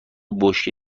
بشکه